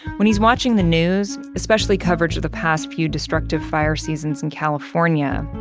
when he's watching the news, especially coverage of the past few destructive fire seasons in california,